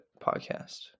podcast